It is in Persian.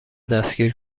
دستگیر